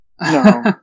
no